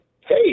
Hey